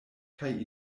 kaj